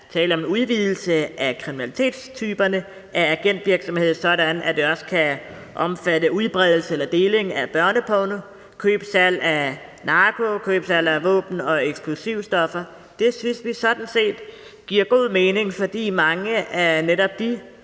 tale om en udvidelse af kriminalitetstyperne i forhold til agentvirksomhed, sådan at de også kan omfatte udbredelse eller deling af børneporno, køb og salg af narko, køb og salg af våben og eksplosivstoffer. Det synes vi sådan set giver god mening, fordi mange af netop de